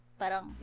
parang